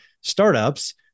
startups